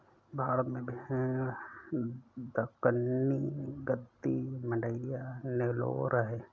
भारत में भेड़ दक्कनी, गद्दी, मांड्या, नेलोर है